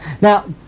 Now